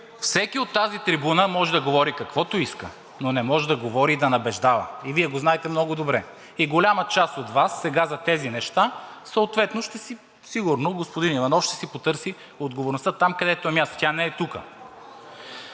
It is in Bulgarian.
Всеки от тази трибуна може да говори каквото иска, но не може да говори и да набеждава и Вие го знаете много добре. И голяма част от Вас сега за тези неща съответно сигурно господин Иванов ще си потърси отговорността там, където е мястото. Тя не е тук.